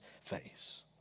face